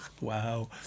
Wow